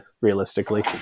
realistically